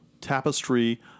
tapestry